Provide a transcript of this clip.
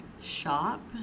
shop